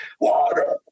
Water